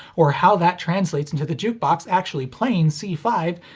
or how that translates into the jukebox actually playing c five,